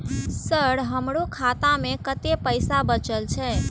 Sir हमरो खाता में कतेक पैसा बचल छे?